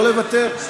לא לוותר.